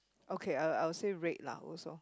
okay uh I will say red lah worst loh